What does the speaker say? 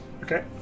Okay